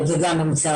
וגם במגזר